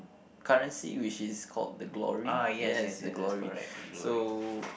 currency which is called the Glory yes the Glory so